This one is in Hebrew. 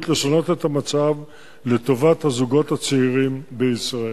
לשנות את המצב לטובת הזוגות הצעירים בישראל.